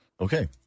Okay